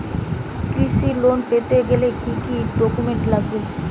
কৃষি লোন পেতে গেলে কি কি ডকুমেন্ট লাগবে?